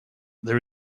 there